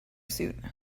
suit